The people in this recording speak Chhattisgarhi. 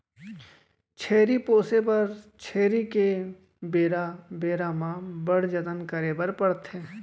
छेरी पोसे बर छेरी के बेरा बेरा म बड़ जतन करे बर परथे